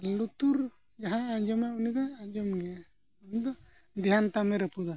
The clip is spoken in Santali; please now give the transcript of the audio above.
ᱞᱩᱛᱩᱨ ᱡᱟᱦᱟᱸᱭ ᱟᱸᱡᱚᱢᱟ ᱩᱱᱤ ᱫᱚᱭ ᱟᱸᱡᱚᱢ ᱜᱮᱭᱟ ᱩᱱᱤ ᱫᱚ ᱫᱷᱮᱭᱟᱱ ᱛᱟᱢᱮ ᱨᱟᱹᱯᱩᱫᱟ